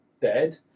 dead